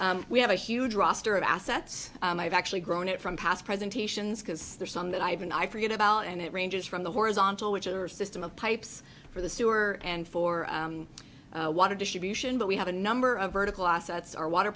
we have a huge roster of assets and i've actually grown it from past presentations because there are some that i haven't i forget about and it ranges from the horizontal which is our system of pipes for the sewer and for water distribution but we have a number of vertical assets our water